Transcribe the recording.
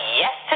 yes